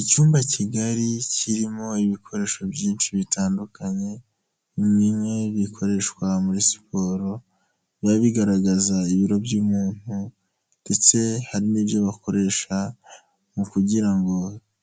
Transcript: Icyumba kigari kirimo ibikoresho byinshi bitandukanye, bimwe bikoreshwa muri siporo, biba bigaragaza ibiro by'umuntu ndetse hari n'ibyo bakoresha mu kugira ngo